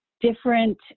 different